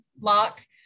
lock